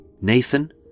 Nathan